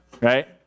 right